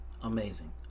Amazing